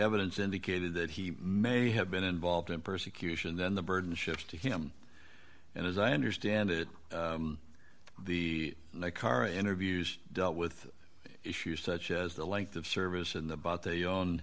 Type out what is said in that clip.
evidence indicated that he may have been involved in persecution then the burden shifts to him and as i understand it the current interviews dealt with issues such as the length of service and the bot they own